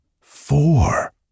four